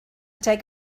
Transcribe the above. take